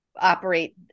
operate